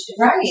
right